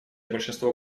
большинство